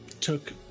took